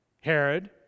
Herod